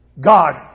God